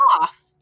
off